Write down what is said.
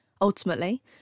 Ultimately